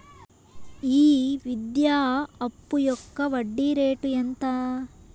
ఈ విద్యా అప్పు యొక్క వడ్డీ రేటు ఎంత?